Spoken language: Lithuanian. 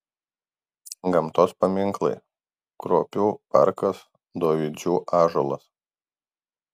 gamtos paminklai kruopių parkas dovydžių ąžuolas